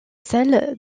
celle